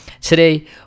Today